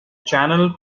channel